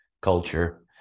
culture